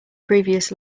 previous